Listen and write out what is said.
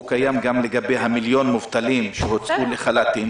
הוא קיים גם לגבי המיליון המובטלים שהוצאו לחל"תים.